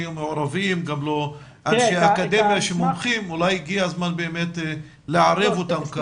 היו מעורבים וגם לא אנשי אקדמיה מומחים ואולי הגיע הזמן לערב אותם.